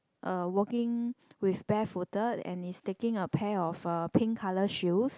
uh walking with barefooted and is taking a pair of uh pink colour shoes